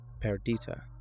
Perdita